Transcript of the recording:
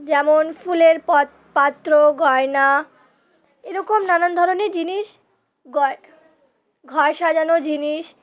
যেমন ফুলের পত পাত্র গয়না এরকম নানান ধরনের জিনিস গয় ঘর সাজানোর জিনিস